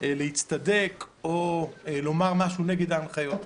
להצטדק או לומר משהו נגד הנחיות,